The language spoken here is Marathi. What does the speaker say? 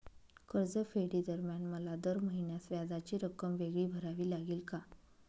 कर्जफेडीदरम्यान मला दर महिन्यास व्याजाची रक्कम वेगळी भरावी लागेल का?